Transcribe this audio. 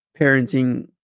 parenting